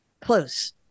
close